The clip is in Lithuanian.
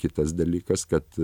kitas dalykas kad